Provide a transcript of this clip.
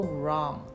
wrong